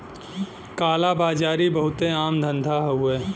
काला बाजारी बहुते आम धंधा हउवे